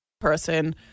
person